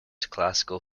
classical